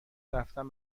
رفتن